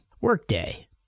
Workday